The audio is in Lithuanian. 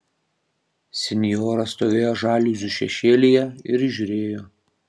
sinjora stovėjo žaliuzių šešėlyje ir žiūrėjo